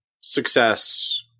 success